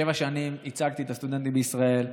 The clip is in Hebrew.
שבע שנים ייצגתי את הסטודנטים בישראל,